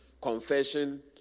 confession